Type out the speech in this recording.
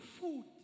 food